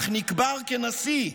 אך נקבר כנשיא,